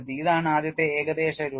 ഇതാണ് ആദ്യത്തെ ഏകദേശ രൂപം